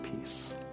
Peace